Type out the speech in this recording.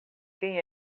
quem